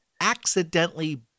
accidentally